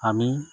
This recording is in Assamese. আমি